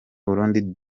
burundi